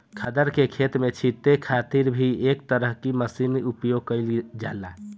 खादर के खेत में छींटे खातिर भी एक तरह के मशीन के उपयोग कईल जाला